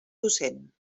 docent